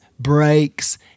Breaks